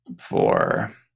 four